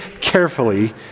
carefully